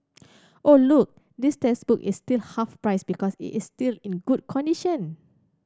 oh look this textbook is still half price because it is still in good condition